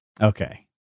Okay